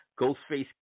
Ghostface